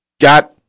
got